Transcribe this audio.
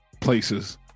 places